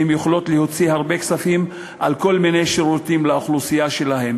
והן יכולות להוציא הרבה כספים על כל מיני שירותים לאוכלוסייה שלהן,